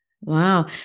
Wow